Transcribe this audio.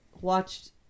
watched